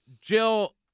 Jill